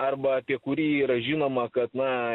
arba apie kurį yra žinoma kad na